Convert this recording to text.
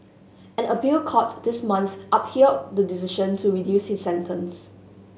an appeal court this month upheld the decision to reduce his sentence